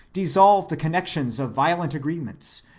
dissolve the connections of violent agreements,